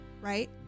right